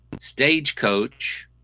Stagecoach